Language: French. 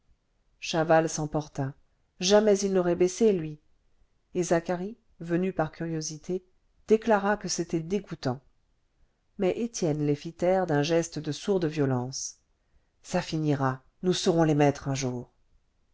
chaval s'emporta jamais il n'aurait baissé lui et zacharie venu par curiosité déclara que c'était dégoûtant mais étienne les fit taire d'un geste de sourde violence ça finira nous serons les maîtres un jour